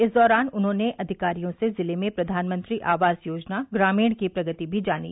इस दौरान उन्होंने अधिकारियों से जिले में प्रधानमंत्री आवास योजना ग्रामीण की प्रगति भी जानी